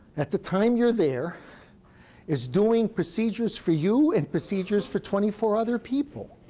at the time you're there is doing procedures for you and procedures for twenty four other people